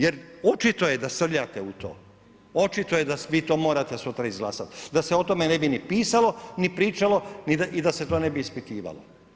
Jer očito je da srljate u to, očito je da vi to morate sutra izglasati, da se o tome ne bi ni pisalo, ni pričalo, i da se to ne bi ispitivalo.